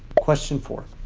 question four.